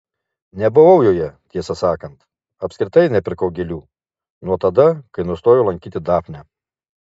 nebuvau joje tiesą sakant apskritai nepirkau gėlių nuo tada kai nustojau lankyti dafnę